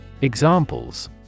Examples